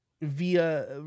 via